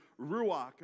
ruach